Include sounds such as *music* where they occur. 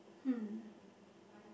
hmm *breath*